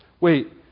Wait